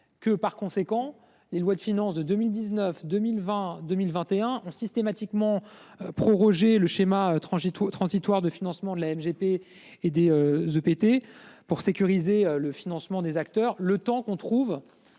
que, par conséquent, les lois de finances de 2019 2022, 1021 ont systématiquement. Proroger le schéma trancher tout transitoire de financement de la MGP et des The péter pour sécuriser le financement des acteurs le temps qu'on trouve.